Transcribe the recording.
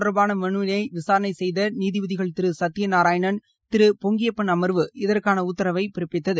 தொடர்பான மனுவினை விசாரணை செய்த நீதிபதிகள் திரு இது சத்யநாராயணன் திரு பொங்கியப்பன் அமர்வு இதற்கான உத்தரவை பிறப்பித்தது